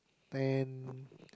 then